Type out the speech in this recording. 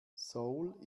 seoul